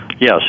Yes